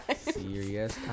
Serious